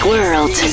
World